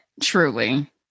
truly